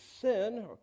sin